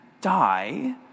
die